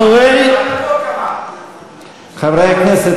חברי הכנסת,